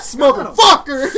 motherfucker